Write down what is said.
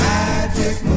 Magic